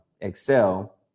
excel